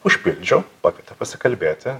užpildžiau pakvietė pasikalbėti